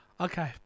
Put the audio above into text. Okay